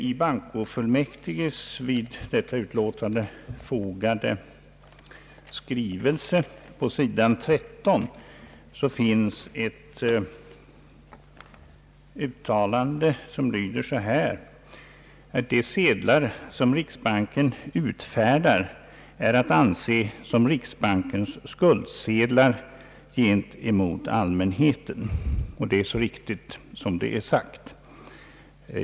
I bankofullmäktiges vid detta utlåtande fogade skrivelse på s. 13 finns ett uttalande som lyder: »De sedlar som riksbanken utfärdar är att anse som riksbankens skuldsedlar gentemot allmänheten.» Det är så riktigt som det är sagt.